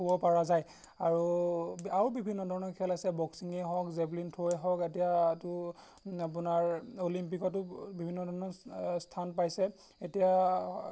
ক'ব পৰা যায় আৰু আৰু বিভিন্ন ধৰণৰ খেল আছে বক্সিঙেই হওক জেবলিন থ্ৰুৱেই হওক এতিয়াতো আপোনাৰ অলিম্পিকতো বিভিন্ন ধৰণৰ স্থান পাইছে এতিয়া